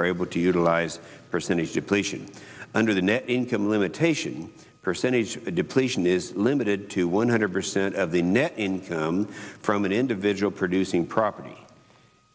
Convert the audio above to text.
are able to utilize percentage depletion under the net income limitation percentage depletion is limited to one hundred percent of the net income from an individual producing property